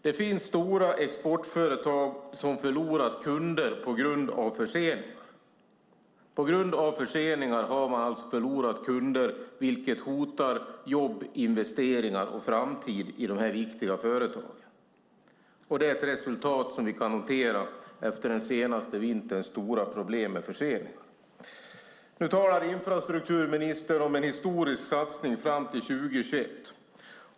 Det finns stora exportföretag som har förlorat kunder på grund av förseningar, vilket hotar jobben, investeringarna och framtiden i de viktiga företagen. Det är ett resultat som vi kan notera efter den senaste vinterns stora problem med förseningar. Nu talar infrastrukturministern om en historisk satsning fram till 2021.